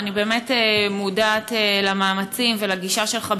ואני באמת מודעת למאמצים ולגישה שלך,